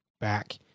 back